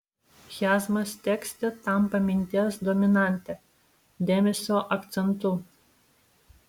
chiazmas tekste tampa minties dominante dėmesio akcentu